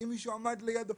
כי מישהו עמד לידו,